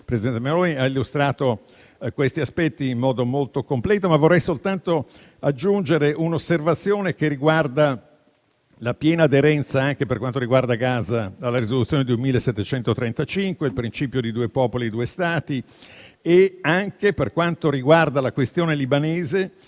presidente Meloni ha illustrato questi aspetti in modo molto completo. Vorrei aggiungere solo un'osservazione che concerne la piena aderenza, anche per quanto riguarda Gaza, alla risoluzione n. 2.735, secondo il principio di due popoli e due Stati, e sottolineare, per quanto riguarda la questione libanese,